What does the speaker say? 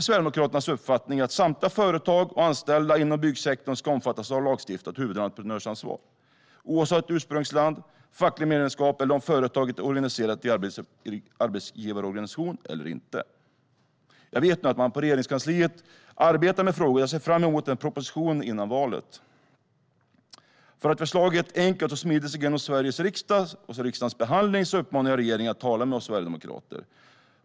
Sverigedemokraternas uppfattning är att samtliga företag och anställda inom byggsektorn ska omfattas av lagstiftat huvudentreprenörsansvar, oavsett ursprungsland, fackligt medlemskap eller om företaget är organiserat i en arbetsgivarorganisation eller inte. Jag vet att Regeringskansliet arbetar med frågan, och jag ser fram emot en proposition före valet. För att förslaget enkelt och smidigt ska gå igenom Sveriges riksdags behandling uppmanar jag regeringen att tala med oss sverigedemokrater.